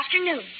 afternoon